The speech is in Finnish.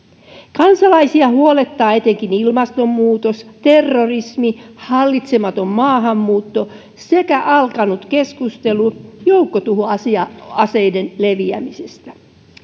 kansalaisia huolettaa etenkin ilmastonmuutos terrorismi hallitsematon maahanmuutto sekä alkanut keskustelu joukkotuhoaseiden leviämisestä